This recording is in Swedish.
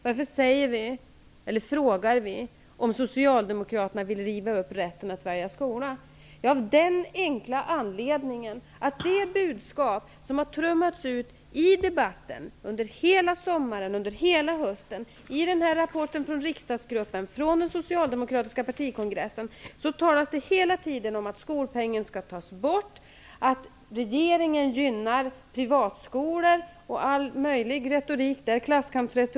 Varför frågar vi om Socialdemokraterna vill riva upp rätten att välja skola? Det gör vi av den enkla anledningen att det budskap som trummats ut i debatten under hela sommaren och hösten från den socialdemokratiska partikongressen och i en rapport från den socialdemokratiska riksdagsgruppen är att skolpengen skall tas bort och att regeringen gynnar privatskolor på bekostnad av de offentliga skolorna.